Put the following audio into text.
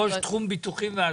כל תחום ביטוחים ואשראי.